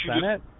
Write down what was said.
Senate